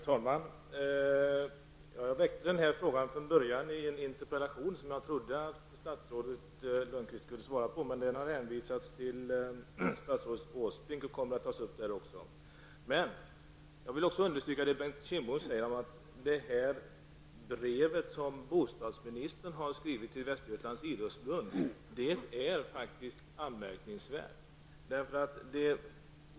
Herr talman! Jag väckte från början denna fråga i en interpellation som jag trodde att statsrådet Lönnqvist skulle svara på. Men den har hänvisats till statsrådet Åsbrink som också kommer att besvara den. Jag vill understryka det Bengt Kindbom sade, nämligen att det brev som bostadsministern har skrivit till Västergötlands idrottsförbund är anmärkningsvärt.